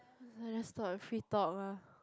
I just thought free talk mah